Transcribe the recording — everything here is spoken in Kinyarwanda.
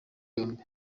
yombi